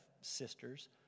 sisters